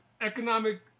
economic